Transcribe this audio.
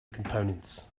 components